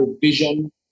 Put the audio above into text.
vision